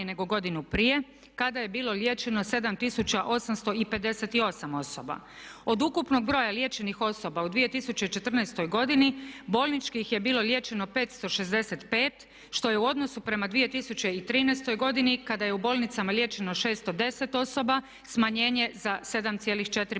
nego godinu prije kada je bilo liječeno 7858 osoba. Od ukupnog broja liječenih osoba u 2014. godini bolničkih je bilo liječeno 565 što je u odnosu prema 2013. godini kada je u bolnicama liječeno 610 osoba smanjenje za 7,4%.